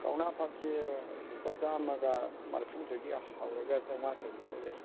ꯀꯧꯅꯥ ꯐꯛꯁꯦ ꯂꯨꯄꯥ ꯆꯥꯃꯒ ꯃꯔꯤꯐꯨꯗꯒꯤ ꯍꯧꯔꯒ ꯆꯃꯉꯥ ꯆꯥꯇꯔꯨꯛꯐꯥꯎꯕ ꯂꯩ